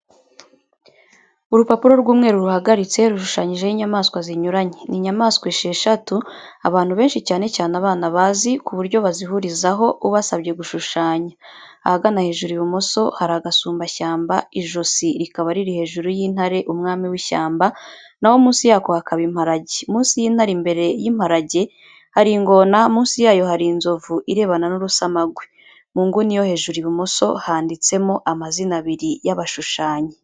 Urupapuro rw'umweru ruhagaritse, rushushanyijeho inyamaswa zinyuranye. Ni inyamaswa esheshatu abantu benshi cyane cyane abana bazi, ku buryo bazihurizaho ubasabye gushushanya. Ahagana hejuru ibumoso, hari agasumbashyamba ijosi rikaba riri hejuru y'intare umwami w'ishyamba, na ho munsi yako hakaba imparage. munsi y'intare imbere y'imparage hari ingona, munsi yayo hari inzovu irebana n'urusamagwe. Mu nguni yo hejuru ibumoso, handitsemo amazina abiri y'abashushanyi.